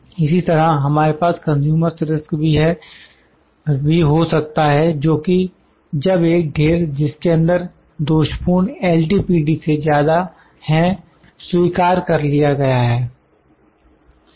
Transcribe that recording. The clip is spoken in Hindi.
इसी तरह हमारे पास कंज्यूमर्स रिस्क consumer's risk भी हो सकता है जोकि जब एक ढेर जिसके अंदर दोषपूर्ण एल टी पी डी से ज्यादा हैं स्वीकार कर लिया गया है